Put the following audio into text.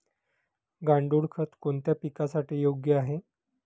गांडूळ खत कोणत्या पिकासाठी योग्य आहे?